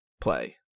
play